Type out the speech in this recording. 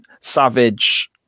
Savage